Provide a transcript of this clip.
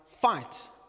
fight